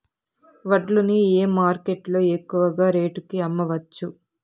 వడ్లు ని ఏ మార్కెట్ లో ఎక్కువగా రేటు కి అమ్మవచ్చు?